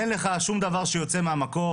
אין לך שום דבר שיוצא מהמקום.